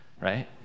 right